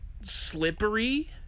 slippery